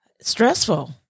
stressful